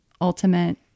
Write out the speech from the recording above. ultimate